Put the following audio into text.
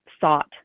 sought